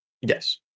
Yes